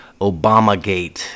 Obamagate